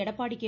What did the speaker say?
Edappadi K